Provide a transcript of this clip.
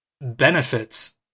benefits